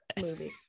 movie